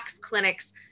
clinics